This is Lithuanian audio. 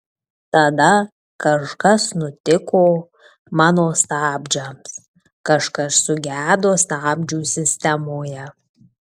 tada kažkas nutiko mano stabdžiams kažkas sugedo stabdžių sistemoje